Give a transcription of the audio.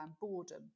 boredom